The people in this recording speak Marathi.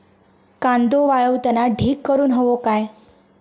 कांदो वाळवताना ढीग करून हवो काय?